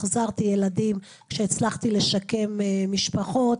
החזרתי ילדים כשהצלחתי לשקם משפחות,